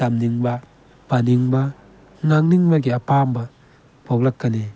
ꯇꯝꯅꯤꯡꯕ ꯄꯥꯅꯤꯡꯕ ꯉꯥꯡꯅꯤꯡꯕꯒꯤ ꯑꯄꯥꯝꯕ ꯄꯣꯛꯂꯛꯀꯅꯤ